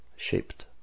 shaped